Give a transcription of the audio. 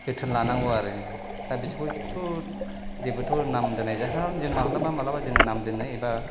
जोथोन लानांगौ आरो दा बिसोरखौथ' जेबोथ' नाम दोन्नाय जाया खारन जों मालाबा माबाबा जोङो नाम दोनो एबा